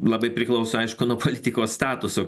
labai priklauso aišku nuo politiko statuso